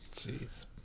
Jeez